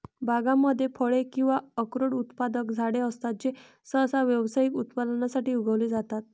बागांमध्ये फळे किंवा अक्रोड उत्पादक झाडे असतात जे सहसा व्यावसायिक उत्पादनासाठी उगवले जातात